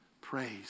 praise